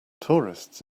tourists